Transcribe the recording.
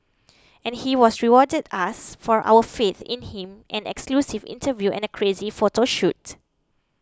and he was rewarded us for our faith in him and exclusive interview and a crazy photo shoot